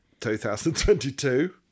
2022